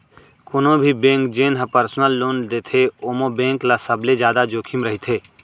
कोनो भी बेंक जेन ह परसनल लोन देथे ओमा बेंक ल सबले जादा जोखिम रहिथे